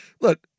look